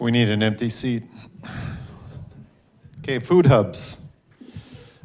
we need an empty seat ok food helps